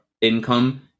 income